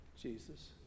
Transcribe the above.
Jesus